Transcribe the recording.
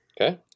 Okay